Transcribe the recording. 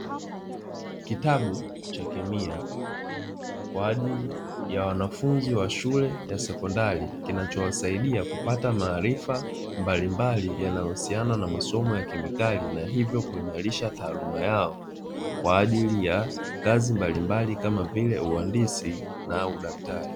Kitabu cha kemia, kwa ajili ya wanafunzi wa shule sekondari, kinachowasaidia kupata maarifa mbalimbali yanayohusiana na masomo ya kemikali, na hivyo kuimarisha taaluma yao kwa ajili ya kazi mbalimbali, kama vile uhandisi na udaktari.